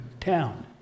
town